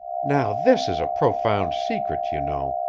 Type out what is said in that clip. now this is a profound secret, you know.